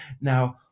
Now